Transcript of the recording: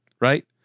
right